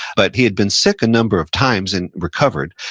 but he had been sick a number of times and recovered.